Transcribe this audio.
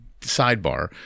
sidebar